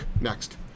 next